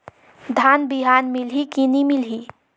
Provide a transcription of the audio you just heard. धान बिहान मिलही की नी मिलही?